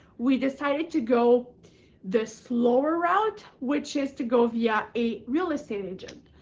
we decided to go the slower route which is to go via a real estate agent.